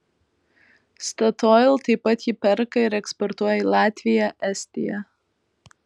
statoil taip pat jį perka ir eksportuoja į latviją estiją